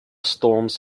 storms